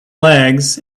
legs